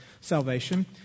salvation